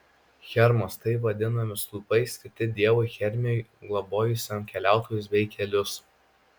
hermos taip vadinami stulpai skirti dievui hermiui globojusiam keliautojus bei kelius